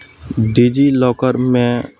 डिजिलॉकरमे